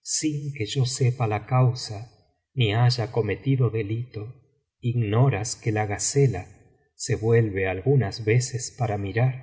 sin que yo sepa la causa ni haya cometido delito ignoréis que la gacela se vuelve algunas veces para miraví